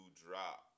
drop